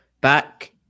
back